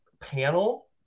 panel